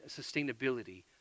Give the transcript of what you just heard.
sustainability